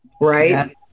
right